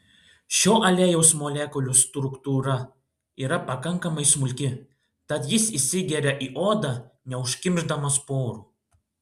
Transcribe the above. šio aliejaus molekulių struktūra yra pakankamai smulki tad jis įsigeria į odą neužkimšdamas porų